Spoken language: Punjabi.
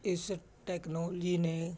ਇਸ ਟੈਕਨੋਲਜੀ ਨੇ